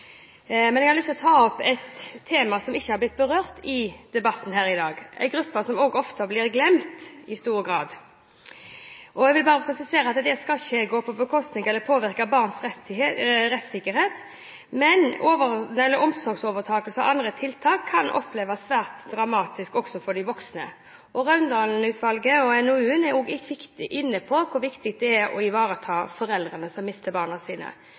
men jeg lyst å ta opp et tema som ikke har blitt berørt i debatten her i dag, og som gjelder en gruppe som ofte blir glemt i stor grad. Jeg vil presisere at det ikke skal gå på bekostning av eller påvirke barns rettssikkerhet, men omsorgsovertagelse og andre tiltak kan oppleves som svært dramatisk, også for de voksne. Raundalen-utvalget og NOU-en er også inne på hvor viktig det er å ivareta foreldrene som mister barna sine.